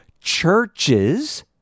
churches